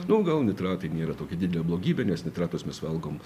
nu gal nitratai nėra tokia didelė blogybė nes netratus mes valgom